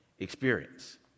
Experience